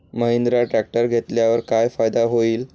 Mahindra tractor घेतल्यावर काय फायदा होईल?